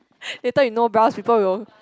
later you no brows people will